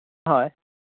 हय